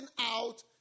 out